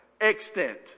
extent